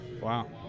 wow